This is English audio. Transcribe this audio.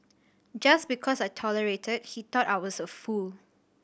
just because I tolerated he thought I was a fool